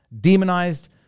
Demonized